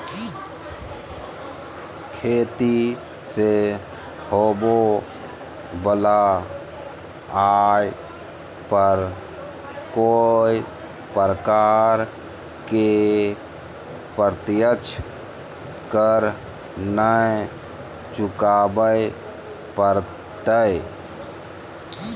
खेती से होबो वला आय पर कोय प्रकार के प्रत्यक्ष कर नय चुकावय परतय